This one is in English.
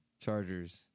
Chargers